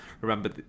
remember